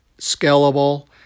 scalable